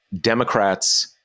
Democrats